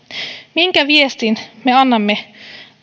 minkä viestin me annamme